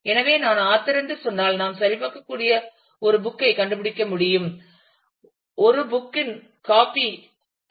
எனவே நான் ஆத்தர் என்று சொன்னால் நாம் சரிபார்க்கக்கூடிய ஒரு புக் ஐ கண்டுபிடிக்க முடியும் ஒரு புக் இன் காபி ஐ